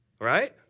Right